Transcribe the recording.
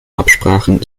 absprachen